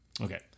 Okay